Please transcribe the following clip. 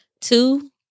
two